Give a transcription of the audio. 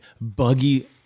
buggy